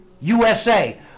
USA